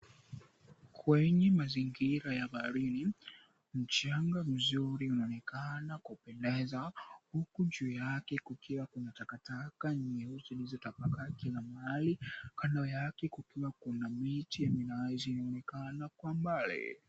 Kwenye mazingira ya baharini, mchanga mzuri unaonekana kukipendeza, huku juu yake kuna takataka nyeusi zilizo tapakaa kila mahali, kando yake kukiwa na miti ya minazi inaonekana kwa mbali.